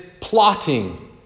plotting